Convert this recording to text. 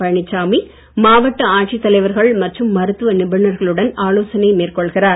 பழனிசாமி மாவட்ட ஆட்சித் தலைவர்கள் மற்றும் மருத்துவ நிபுணர்களுடன் ஆலோசனை மேற்கொள்கிறார்